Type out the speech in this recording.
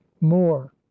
more